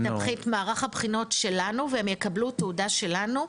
את מערך הבחינות שלנו והם יקבלו תעודה שלנו.